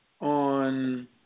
on